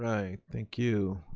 right, thank you.